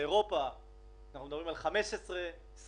לעזור בתמיכה ישירה לעסק זו לא הוצאה, זו